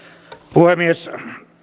puhemies